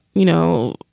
you know,